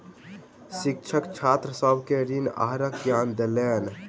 शिक्षक छात्र सभ के ऋण आहारक ज्ञान देलैन